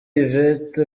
yvette